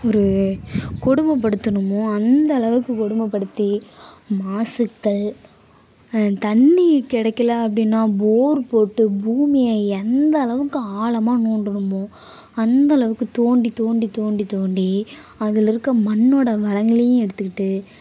ஒரு கொடுமைப்படுத்தணுமோ அந்த அளவுக்கு கொடுமைப்படுத்தி மாசுக்கள் தண்ணி கிடைக்கல அப்படின்னா போரு போட்டு பூமியை எந்த அளவுக்கு ஆழமா தோண்டுணுமோ அந்தளவுக்கு தோண்டித் தோண்டித் தோண்டித் தோண்டி அதில் இருக்க மண்ணோடய வளங்களையும் எடுத்துக்கிட்டு